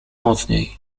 mocniej